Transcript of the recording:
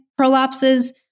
prolapses